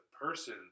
person